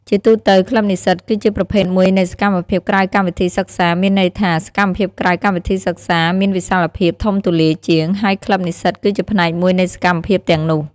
ជាទូទៅ ក្លឹបនិស្សិត គឺជាប្រភេទមួយនៃសកម្មភាពក្រៅកម្មវិធីសិក្សា មានន័យថា សកម្មភាពក្រៅកម្មវិធីសិក្សាមានវិសាលភាពធំទូលាយជាង ហើយក្លឹបនិស្សិតគឺជាផ្នែកមួយនៃសកម្មភាពទាំងនោះ។